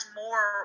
more